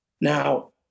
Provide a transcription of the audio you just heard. now